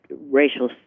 racial